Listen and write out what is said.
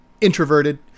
introverted